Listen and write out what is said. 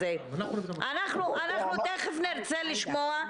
היא גם לא יכולה לשלוח אליהן